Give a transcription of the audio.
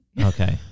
Okay